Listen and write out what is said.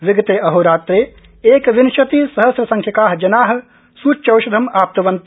विगते अहोरात्रे एकविंशति सहम्रसंख्यका जना सूच्यौषधम् आप्तवन्त